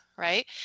right